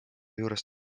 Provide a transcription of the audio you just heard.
juures